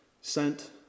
sent